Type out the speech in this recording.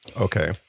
Okay